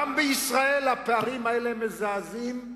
גם בישראל הפערים האלה מזעזעים.